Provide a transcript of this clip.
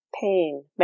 pain